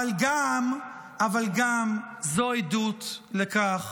אבל גם זו עדות לכך